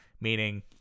meaning